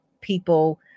people